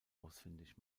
ausfindig